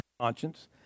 conscience